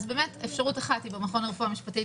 אז אפשרות אחת היא במכון לרפואה משפטית,